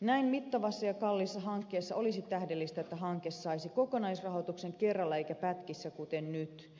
näin mittavassa ja kalliissa hankkeessa olisi tähdellistä että hanke saisi kokonaisrahoituksen kerralla eikä pätkissä kuten nyt